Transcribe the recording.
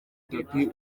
tapi